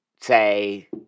say